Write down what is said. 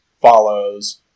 follows